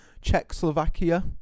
Czechoslovakia